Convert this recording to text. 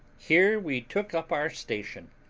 here we took up our station,